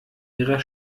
ihrer